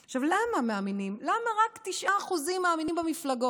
עכשיו, למה רק 9% מאמינים במפלגות?